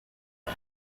the